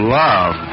love